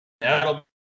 That'll